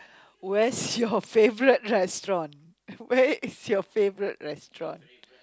where's your favourite restaurant where is your favourite restaurant